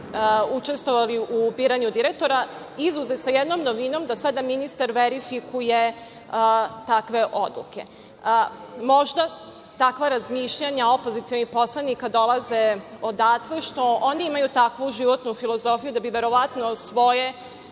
učestvovali u biranju direktora, izuzev sa jednom novinom da sada ministar verifikuje takve odluke. Možda takva razmišljanja opozicionih poslanika dolaze odatle što oni imaju takvu životnu filozofiju, da bi verovatno svoje